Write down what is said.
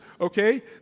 okay